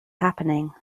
happening